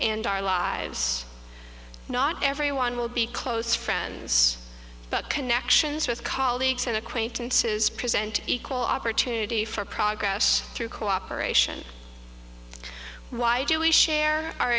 and our lives not everyone will be close friends but connections with colleagues and acquaintances present equal opportunity for progress through cooperation why do we share our